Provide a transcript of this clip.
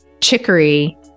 chicory